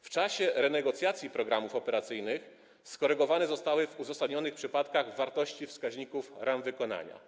W czasie renegocjacji programów operacyjnych skorygowane zostały w uzasadnionych przypadkach wartości wskaźników ram wykonania.